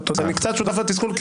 קצת שותף לתסכול כי